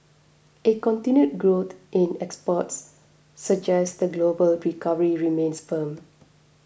a continued growth in exports suggest the global recovery remains firm